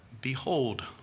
behold